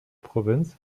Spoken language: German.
provinz